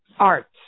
Arts